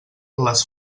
les